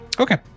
Okay